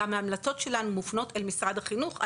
גם ההמלצות שלנו מופנות אל משרד החינוך,